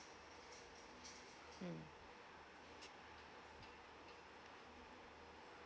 mm